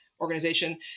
organization